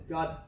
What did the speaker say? God